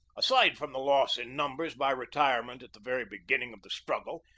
aside from the loss in numbers by retirement at the very beginning of the struggle,